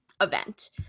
event